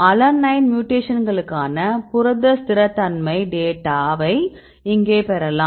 alanine மியூடேக்ஷன்களுக்கான புரத ஸ்திரத்தன்மை டேட்டாவை இங்கே பெறலாம்